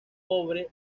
pobre